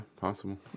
possible